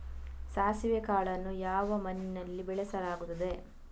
ಸಾಸಿವೆ ಕಾಳನ್ನು ಯಾವ ಮಣ್ಣಿನಲ್ಲಿ ಬೆಳೆಸಲಾಗುತ್ತದೆ?